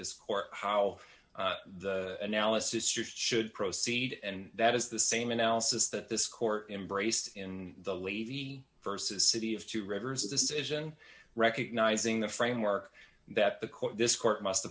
this court how the analysis should proceed and that is the same analysis that this court embraced in the levy versus city of two rivers a decision recognizing the framework that the court this court must